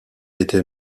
été